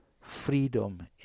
freedom